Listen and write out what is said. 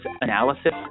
analysis